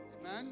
Amen